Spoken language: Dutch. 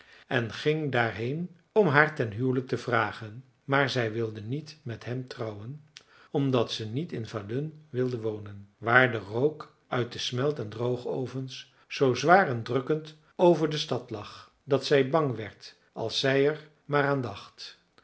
en ging daarheen om haar ten huwelijk te vragen maar zij wilde niet met hem trouwen omdat ze niet in falun wilde wonen waar de rook uit de smelt en droogovens zoo zwaar en drukkend over de stad lag dat zij bang werd als zij er maar